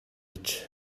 гэж